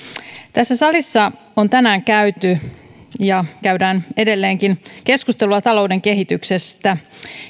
tässä salissa on tänään käyty ja käydään edelleenkin keskustelua talouden kehityksestä